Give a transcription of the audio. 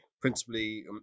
principally